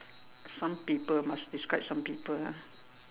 some people must describe some people ah